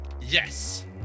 Yes